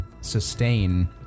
sustain